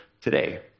today